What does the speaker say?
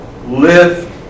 Lift